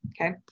Okay